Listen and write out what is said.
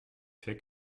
fais